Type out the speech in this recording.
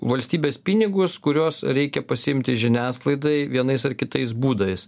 valstybės pinigus kuriuos reikia pasiimti žiniasklaidai vienais ar kitais būdais